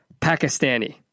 Pakistani